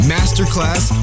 Masterclass